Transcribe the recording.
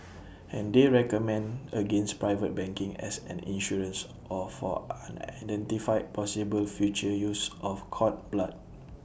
and they recommend against private banking as an insurance or for unidentified possible future use of cord blood